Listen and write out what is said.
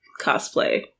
cosplay